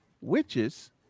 witches